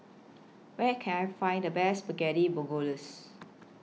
Where Can I Find The Best Spaghetti